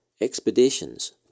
Expeditions